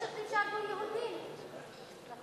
יש שוטרים שהרגו יהודים, נכון?